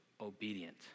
obedient